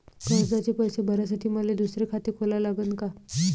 कर्जाचे पैसे भरासाठी मले दुसरे खाते खोला लागन का?